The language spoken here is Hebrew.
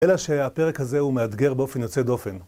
אלא שהפרק הזה הוא מאתגר באופן יוצא דופן